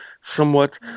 somewhat